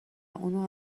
اونم